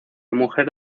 mujer